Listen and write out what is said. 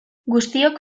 guztiok